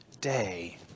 day